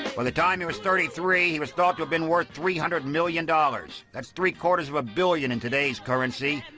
by the time he was thirty three, he was thought to have been worth three hundred million. that's three quarters of a billion in today's currency.